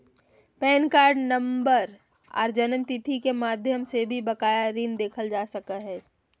pan card number आर जन्मतिथि के माध्यम से भी बकाया ऋण देखल जा हय